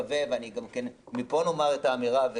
מפה נאמר את האמירה,